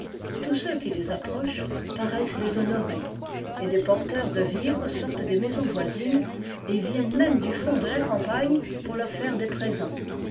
tous ceux qui les approchent paraissent les honorer et des porteurs de vivres sortent des maisons voisines et viennent même du fond de la ca pagne pour leur faire des présents